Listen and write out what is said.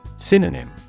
Synonym